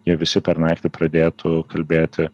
jie visi per naktį pradėtų kalbėti